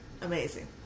Amazing